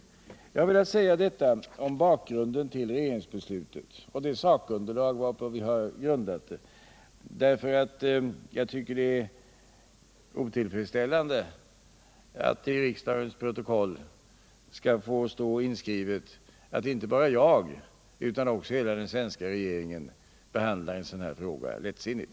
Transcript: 3 mars 1978 Jag har velat säga detta om bakgrunden till regeringsbeslutet och om de sakuppgifter som vi har grundat beslutet på, därför att jag tycker att det är otillfredsställande att det i riksdagens protokoll skall få stå inskrivet att inte bara jag utan också hela den svenska regeringen behandlar en sådan här fråga lättsinnigt.